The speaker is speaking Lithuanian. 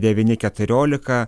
devyni keturiolika